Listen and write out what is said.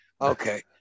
Okay